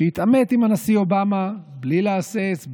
כשהתעמת עם הנשיא אובמה בלי להסס,